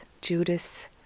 Judas